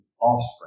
offspring